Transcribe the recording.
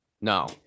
No